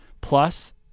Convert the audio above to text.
plus